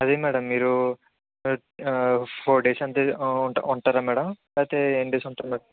అదే మేడం మీరు four days అంతే ఉంట ఉంటారా మేడం లేకపోతే ఎన్ని డేస్ ఉంటారు మేడం